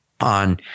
on